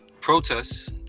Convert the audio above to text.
protests